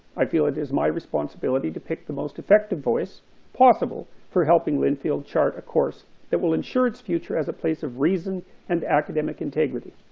i feel it is my responsibility to pick the most effective voice possible for helping linfield chart a course that will insure its future as a place of reason and academic integrity.